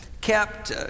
kept